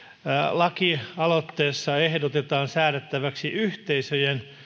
lakialoitteessa ehdotetaan säädettäväksi yhteisöjen